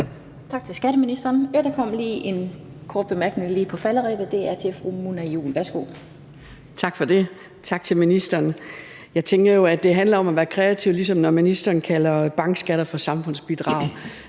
Tak til skatteministeren. Der kom lige en kort bemærkning på falderebet. Det er fra fru Mona Juul. Værsgo. Kl. 20:11 Mona Juul (KF): Tak for det. Tak til ministeren. Jeg tænker jo, at det handler om at være kreativ, ligesom når ministeren kalder bankskatter for samfundsbidrag.